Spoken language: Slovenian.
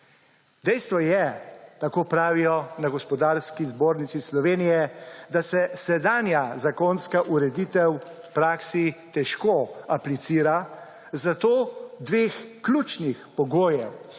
Dejstvo je, tako pravijo na Gospodarski zbornici Slovenije, da se sedanja zakonska ureditev v praksi težko aplicira, zato dveh ključnih pogojev,